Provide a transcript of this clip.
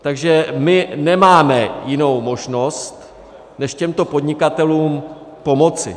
Takže my nemáme jinou možnost než těmto podnikatelům pomoci.